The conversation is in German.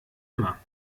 immer